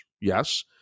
Yes